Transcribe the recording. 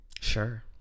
Sure